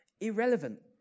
Irrelevant